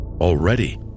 already